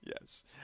yes